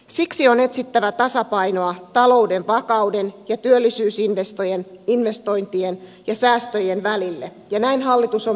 siksi on etsittävä tasapainoa talouden vakauden ja työllisyysinvestointien ja säästöjen välille ja näin hallitus on pyrkinyt tekemään